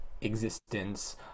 existence